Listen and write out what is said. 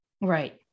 Right